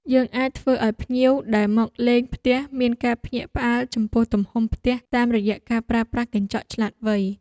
យើងអាចធ្វើឱ្យភ្ញៀវដែលមកលេងផ្ទះមានការភ្ញាក់ផ្អើលចំពោះទំហំផ្ទះតាមរយៈការប្រើប្រាស់កញ្ចក់ឆ្លាតវៃ។